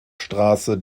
straße